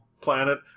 planet